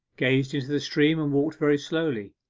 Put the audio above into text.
gazed into the stream, and walked very slowly.